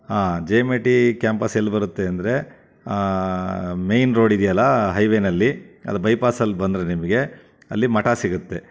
ಹಾಂ J M I T campus ಎಲ್ಲಿ ಬರುತ್ತೆ ಅಂದರೆ ಮೈನ್ ರೋಡ್ ಇದೆಯಲ್ಲ ಹೈ ವೇನಲ್ಲಿಅದು ಬೈಪಾಸ ಲ್ಬಂದ್ರೆ ನಿಮಗೆ ಅಲ್ಲಿ ಮಠ ಸಿಗುತ್ತೆ